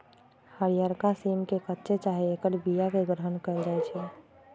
हरियरका सिम के कच्चे चाहे ऐकर बियाके ग्रहण कएल जाइ छइ